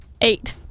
Eight